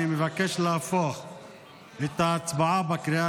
אני מבקש להפוך את ההצבעה בקריאה